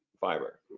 fiber